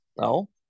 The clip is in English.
No